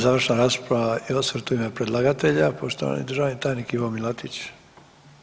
Završna rasprava i osvrt u ime predlagatelja poštovani državni tajnik Ivo Milatić.